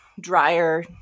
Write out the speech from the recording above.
drier